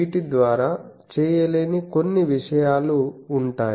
వీటి ద్వారా చేయలేని కొన్ని విషయాలు ఉంటాయి